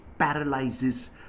paralyzes